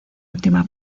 última